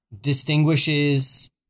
distinguishes